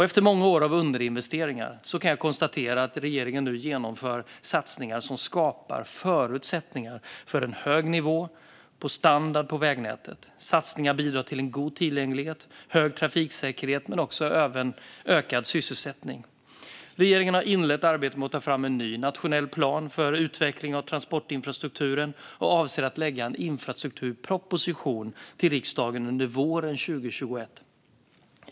Efter många år av underinvesteringar kan jag konstatera att regeringen nu genomför satsningar som skapar förutsättningar för en hög nivå på standard på vägnätet. Satsningarna bidrar till en god tillgänglighet, hög trafiksäkerhet och även ökad sysselsättning. Regeringen har inlett arbetet med att ta fram en ny nationell plan för utveckling av transportinfrastrukturen och avser att lägga fram en infrastrukturproposition för riksdagen under våren 2021.